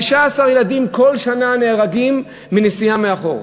15 ילדים כל שנה נהרגים מנסיעה לאחור,